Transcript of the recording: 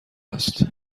است